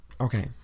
okay